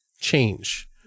change